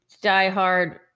diehard